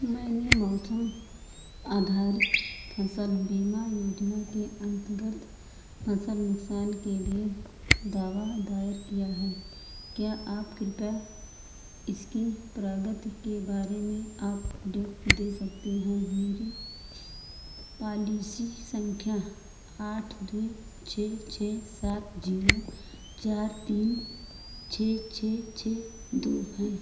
सामान्य मॉनसून आधार फसल बीमा योजना के अंतर्गत फसल नुकसान के लिए दावा दायर किया है क्या आप कृपया इसकी प्रगति के बारे में आप दे सकते हैं मेरी पॉलिसी संख्या आठ दो छः छः सात जीरो चार तीन छः छः छः दो है